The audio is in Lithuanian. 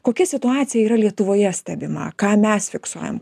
kokia situacija yra lietuvoje stebima ką mes fiksuojam